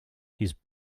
his